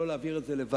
לא להעביר את זה לוועדה,